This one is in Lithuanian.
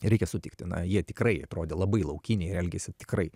reikia sutikti na jie tikrai atrodė labai laukiniai ir elgėsi tikrai